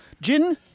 gin